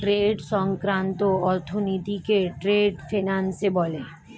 trade সংক্রান্ত অর্থনীতিকে trade finance বলে